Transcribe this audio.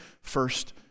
first